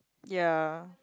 ya